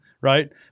right